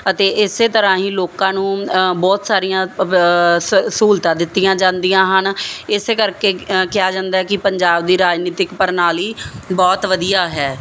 ਅਤੇ ਇਸੇ ਤਰ੍ਹਾਂ ਹੀ ਲੋਕਾਂ ਨੂੰ ਬਹੁਤ ਸਾਰੀਆਂ ਸਹੂਲਤਾਂ ਦਿੱਤੀਆਂ ਜਾਂਦੀਆਂ ਹਨ ਇਸੇ ਕਰਕੇ ਕਿਹਾ ਜਾਂਦਾ ਕੀ ਪੰਜਾਬ ਦੀ ਰਾਜਨੀਤਿਕ ਪ੍ਰਣਾਲੀ ਬਹੁਤ ਵਧੀਆ ਹੈ